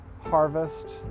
harvest